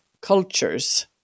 cultures